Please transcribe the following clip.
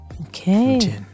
Okay